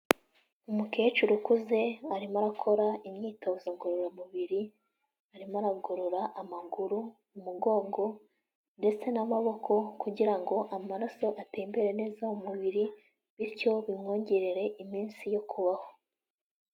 Umukecuru ukuze arimo arakora imyitozo ngororamubiri, arimo aragorora amaguru, umugongo ndetse n'amaboko kugira ngo amaraso atembere neza mu mubiri bityo bimwongerere iminsi yo kubaho.